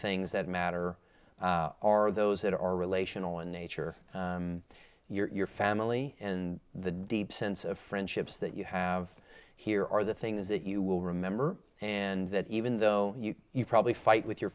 things that matter are those that are relational in nature your family and the deep sense of friendships that you have here are the things that you will remember and that even though you probably fight with your